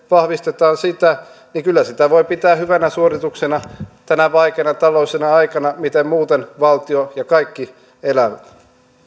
vahvistetaan niin että kyllä sitä voi pitää hyvänä suorituksena tänä vaikeana taloudellisena aikana mitä muuten valtio ja kaikki elävät